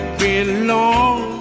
belong